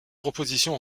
proposition